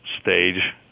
stage